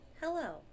Hello